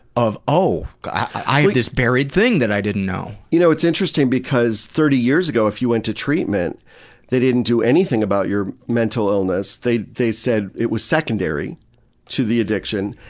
of oh, i have this buried thing that i didn't know! you know, it's interesting because thirty years ago if you went to treatment they didn't do anything about your mental illness. they they said it was secondary to the addiction,